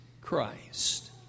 Christ